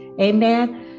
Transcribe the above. amen